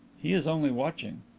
he is only watching.